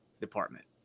department